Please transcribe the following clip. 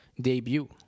debut